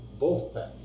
Wolfpack